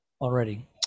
already